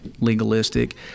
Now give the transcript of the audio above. legalistic